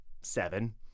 seven